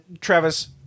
Travis